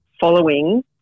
following